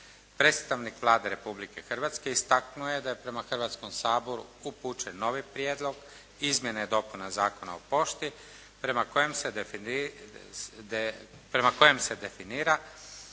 Predstavnik Vlade Republike Hrvatske istaknuo je da je prema Hrvatskom saboru upućen novi Prijedlog izmjene i dopuna Zakona o pošti, prema kojem se definira